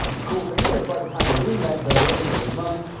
the cool thing is, by the time we're doing that, they're already making money.